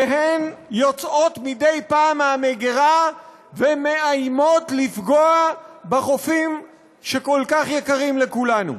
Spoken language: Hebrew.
והן יוצאות מדי פעם מהמגירה ומאיימות לפגוע בחופים שיקרים לכולנו כל כך.